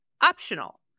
optional